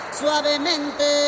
suavemente